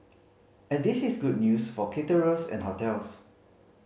and this is good news for caterers and hotels